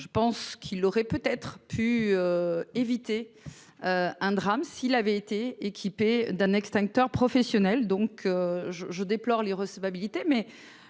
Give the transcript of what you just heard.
Je pense qu'il aurait peut-être pu. Éviter. Un drame s'il avait été équipés d'un extincteur professionnel donc je je déplore les recevabilité